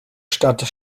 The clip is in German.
stadt